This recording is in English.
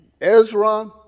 Ezra